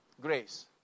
grace